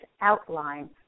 outline